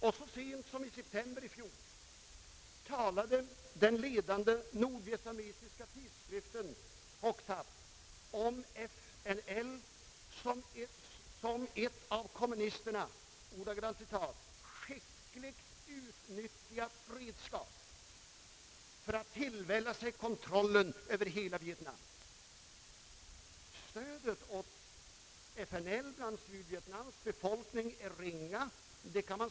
Så sent som i september i fjol omnämnde den ledande nordvietnamesiska tidskriften Hoc Tap FNL som ett av kommunisterna »skickligt utnyttjat redskap« för att tillvälla sig kontrollen över hela Vietnam. Stödet åt FNL bland Sydvietnams befolkning är ringa.